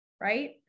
right